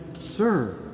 Sir